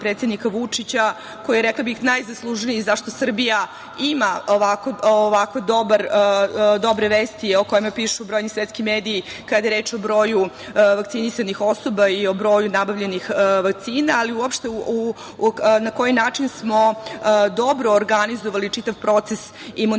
predsednika Vučića koji je, rekla bih, najzaslužniji zašto Srbija ima ovako dobre vesti o kojima pišu brojni svetski mediji kada je reč o broju vakcinisanih osoba i o broju nabavljenih vakcina, ali i uopšte na koji način smo dobro organizovali čitav proces imunizacije